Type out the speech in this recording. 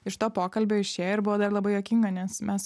iš to pokalbio išėjo ir buvo dar labai juokinga nes mes